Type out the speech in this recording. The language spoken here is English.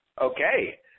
Okay